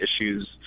issues